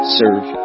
serve